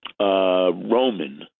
Roman